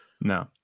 no